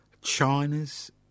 China's